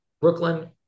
Brooklyn